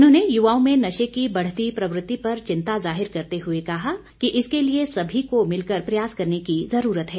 उन्होंने युवाओँ में नशे की बढ़ती प्रवृति पर चिंता जाहिर करते हुए कहा कि इसके लिए सभी को मिलकर प्रयास करने की जरूरत है